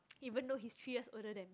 even though he's three years older than